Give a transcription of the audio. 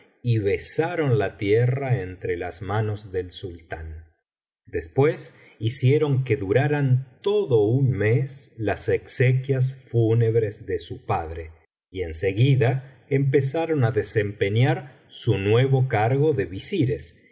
y besaron la tierra entre las manos del sultán después hicieron que duraran tocio un mes las exequias fúnebres de su padre y en seguida empezaron á desempeñar su nuevo cargo de visires